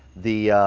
the.